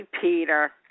Peter